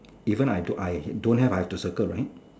even I I don't have I have to circle right